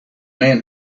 man